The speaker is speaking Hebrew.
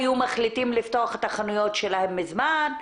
היו מחליטים לפתוח את החנויות שלהם מזמן,